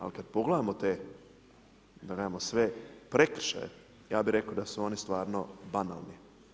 Ali kad pogledamo te da nemamo sve prekršaje, ja bi rekao da su oni stvarno banalni.